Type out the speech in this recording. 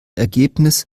ergebnis